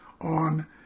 on